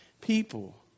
people